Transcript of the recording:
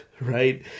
right